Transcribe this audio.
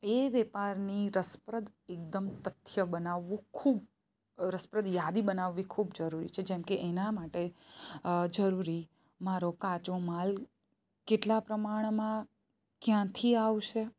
એ વેપારની રસપ્રદ એકદમ તથ્ય બનાવવું ખૂબ રસપ્રદ યાદી બનાવવી ખૂબ જરૂરી છે જેમ કે એના માટે જરૂરી મારો કાચો માલ કેટલા પ્રમાણમાં ક્યાંથી આવશે